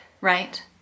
Right